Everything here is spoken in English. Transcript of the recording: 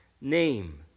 name